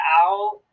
out